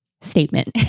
statement